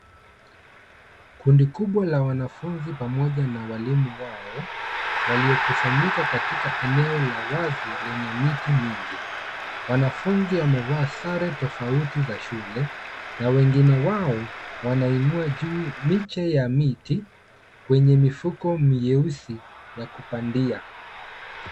Kundi kubwa la wanafunzi pamoja na walimu wao, waliokusanyika katika eneo la wazi lenye miti mingi. Wanafunzi wamevaa sare tofauti za shule na wengine wao wanainua juu miche ya miti kwenye mifuko myeusi ya kupandia.